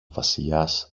βασιλιάς